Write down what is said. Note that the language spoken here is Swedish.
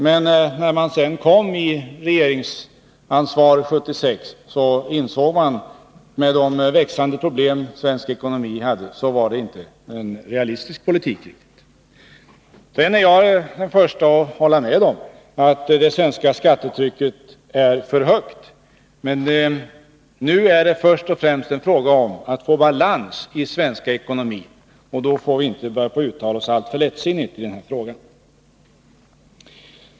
Men när partiet sedan fick regeringsansvaret 1976, insåg man, med tanke på de växande problem som den svenska ekonomin hade, att det inte var en realistisk politik. Jag är den förste att hålla med om att det svenska skattetrycket är för högt. Men nu är det först och främst fråga om att få balans i den svenska ekonomin. Då får vi inte börja uttala oss alltför lättsinnigt i denna fråga.